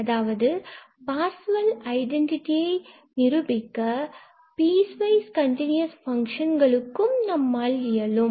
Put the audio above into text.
அதாவது பார்சவெல் ஐடென்டிட்டியை piecewise continuous ஃபங்க்ஷன்களுக்கும் நிரூபிக்க இயலும்